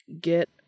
Get